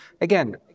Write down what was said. again